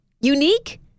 unique